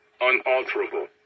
unalterable